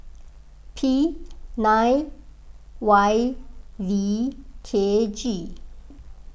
P nine Y V K G